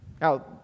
Now